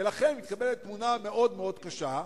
ולכן מתקבלת תמונה מאוד מאוד קשה,